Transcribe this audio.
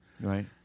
right